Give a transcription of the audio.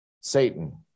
Satan